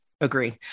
agree